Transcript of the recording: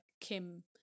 Kim